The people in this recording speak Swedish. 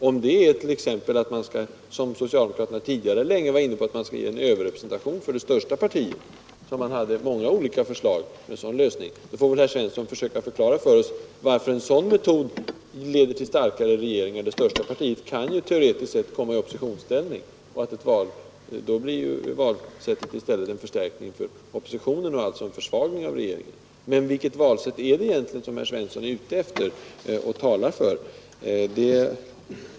Om det t.ex. går ut på att man skall ge det största partiet överrepresentation — socialdemokraterna var tidigare inne på det och hade många olika förslag till en sådan lösning — får herr Svensson försöka förklara för oss varför det skulle leda till en starkare regering; det största partiet kan teoretiskt sett komma i oppositionsställning, och då medför valsättet i stället en förstärkning av oppositionen och alltså en försvagning av regeringen. Vilket valsätt är det herr Svensson talar för?